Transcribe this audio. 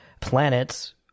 planets